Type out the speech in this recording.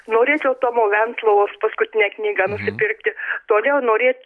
norėčiau tomo venclovos paskutinę knygą nusipirkti toliau norėt